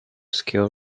skill